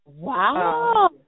Wow